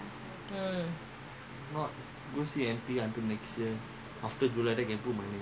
பேசியாச்சு:peesiyaachu